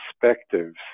perspectives